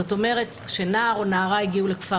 זאת אומרת כשנער או נערה הגיעו לכפר